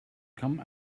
come